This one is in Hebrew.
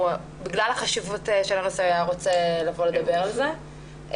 בגלל חשיבות הנושא הוא היה רוצה לבוא לדבר על זה.